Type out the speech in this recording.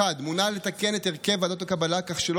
1. מוצע לתקן את הרכב ועדת הקבלה כך שלא